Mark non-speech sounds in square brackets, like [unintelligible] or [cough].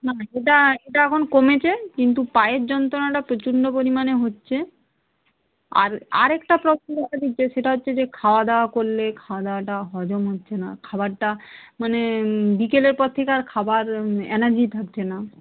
[unintelligible] এটা এটা এখন কমেছে কিন্তু পায়ের যন্ত্রণাটা প্রচণ্ড পরিমাণে হচ্ছে আর আরেকটা প্রবলেম [unintelligible] সেটা হচ্ছে যে খাওয়া দাওয়া করলে খাওয়া দাওয়াটা হজম হচ্ছে না খাবারটা মানে বিকেলের পর থেকে আর খাবার এনার্জি থাকছে না